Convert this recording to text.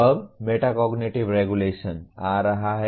अब metacognitive regulation आ रहा है